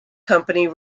company